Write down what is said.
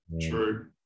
true